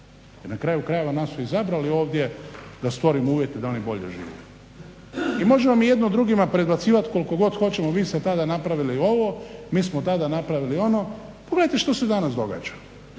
Jer na krajeva nas su izabrali ovdje da stvorimo uvjete da oni bolje žive. I možemo mi jedni drugima predbacivati koliko god hoćemo vi ste tada napravili ovo, mi smo tada napravili ono. Pogledajte što se danas događa?